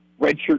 redshirt